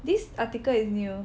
this article is new